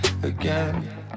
again